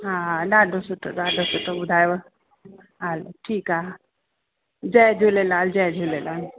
हा ॾाढो सुठो ॾाढो सुठो ॿुधायव हलो ठीकु आहे जय झूलेलाल जय झूलेलाल